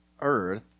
earth